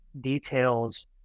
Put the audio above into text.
details